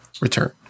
Return